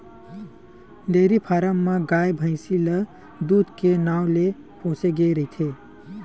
dairy farm म गाय, भइसी ल दूद के नांव ले पोसे गे रहिथे